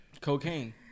Cocaine